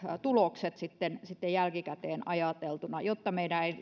tulokset jälkikäteen ajateltuna jotta meidän ei